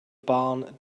barn